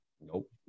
Nope